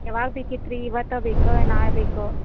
ಯಾವಾಗ ಬೇಕಿತ್ತು ರೀ ಇವತ್ತೇ ಬೇಕೋ ನಾಳೆ ಬೇಕೋ